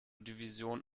division